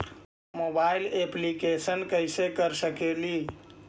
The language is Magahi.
मोबाईल येपलीकेसन कैसे कर सकेली?